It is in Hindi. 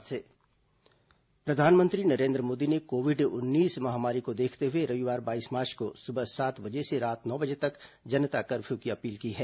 प्रधानमंत्री संबोधन प्रधानमंत्री नरेन्द्र मोदी ने कोविड उन्नीस महामारी को देखते हुए रविवार बाईस मार्च को सुबह सात बजे से रात नौ बजे तक जनता कप्यू की अपील की है